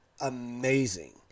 amazing